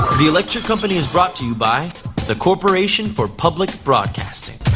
the electric company is brought to you by the corporation for public broadcasting.